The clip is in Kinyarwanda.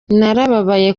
narababaye